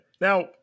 Now